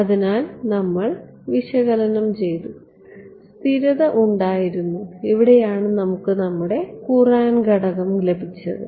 അതിനാൽ നമ്മൾ വിശകലനം ചെയ്തു സ്ഥിരത ഉണ്ടായിരുന്നു ഇവിടെയാണ് നമുക്ക് നമ്മുടെ കുറാന്റ് ഘടകം ലഭിച്ചത്